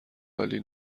عالی